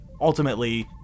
Ultimately